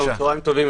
צהריים טובים,